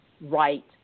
right